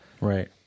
Right